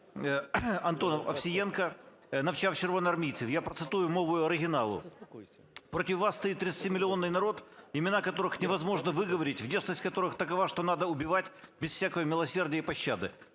арміїАнтонов-Овсієнко навчав червоноармійців. Я процитую мовою оригіналу: "Против вас стоит тридцатимиллионный народ, имена которых невозможно выговорить, внешность которых такова, что надо убивать без всякого милосердия и пощады.